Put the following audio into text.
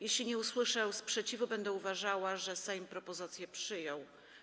Jeśli nie usłyszę sprzeciwu, będę uważała, że Sejm propozycję przyjął.